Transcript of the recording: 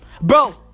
Bro